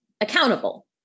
accountable